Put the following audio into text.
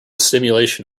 simulation